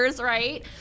right